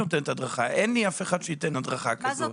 אין לי אף אחד שייתן הדרכה כזו.